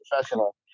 professional